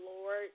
Lord